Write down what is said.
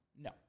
No